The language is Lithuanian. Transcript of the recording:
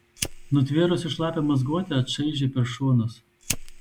nutvėrusi šlapią mazgotę čaižė per šonus